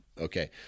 okay